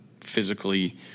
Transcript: physically